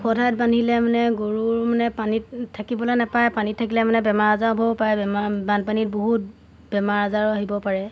ওখ ঠাইত বান্ধিলে মানে গৰুৰ মানে পানীত থাকিবলৈ নেপায় পানীত থাকিলে মানে বেমাৰ আজাৰ হ'বও পাৰে বেমাৰ বানপানীত বহুত বেমাৰ আজাৰো আহিব পাৰে